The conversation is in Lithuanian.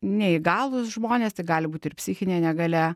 neįgalūs žmonės tai gali būti ir psichinė negalia